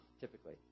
typically